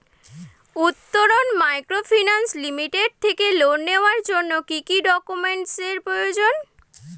Uttaran microfinance limited থেকে loan নেওয়ার জন্য কি কি ডকুমেন্টস এর প্রয়োজন?